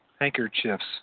handkerchiefs